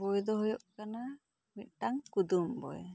ᱵᱳᱭ ᱫᱚ ᱦᱳᱭᱳᱜ ᱠᱟᱱᱟ ᱢᱤᱫᱴᱟᱹᱝ ᱠᱩᱫᱩᱢ ᱵᱳᱭ